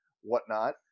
whatnot